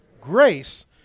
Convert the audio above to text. grace